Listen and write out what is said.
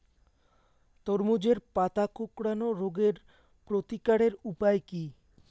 তরমুজের পাতা কোঁকড়ানো রোগের প্রতিকারের উপায় কী?